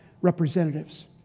representatives